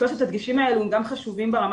שלושת הדגשים האלו הם גם חשובים ברמה